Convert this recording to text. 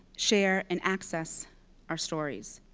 share, and access our stories,